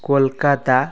Kolkata